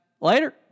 later